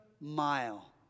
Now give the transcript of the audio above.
mile